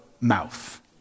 mouth